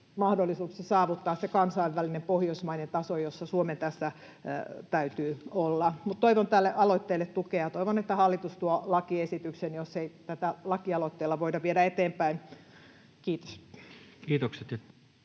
mahdollista saavuttaa se kansainvälinen, pohjoismainen taso, jossa Suomen tässä täytyy olla. Toivon tälle aloitteelle tukea ja toivon, että hallitus tuo lakiesityksen, jos tätä ei laki-aloitteella voida viedä eteenpäin. — Kiitos.